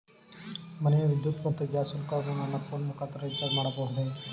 ಮನೆಯ ವಿದ್ಯುತ್ ಮತ್ತು ಗ್ಯಾಸ್ ಶುಲ್ಕವನ್ನು ನನ್ನ ಫೋನ್ ಮುಖಾಂತರ ರಿಚಾರ್ಜ್ ಮಾಡಬಹುದೇ?